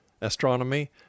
astronomy